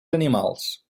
animals